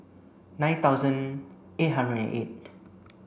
nine thousand eight hundred and eight